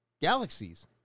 galaxies